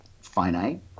finite